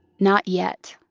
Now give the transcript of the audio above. not yet